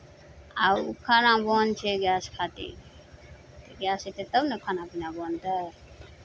आ ओ खाना बन्द छै गैस खातिर गैस अयतै तब ने खाना पीना बनतै